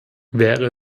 wäre